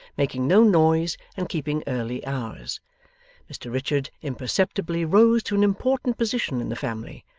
making no noise, and keeping early hours mr richard imperceptibly rose to an important position in the family,